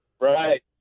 Right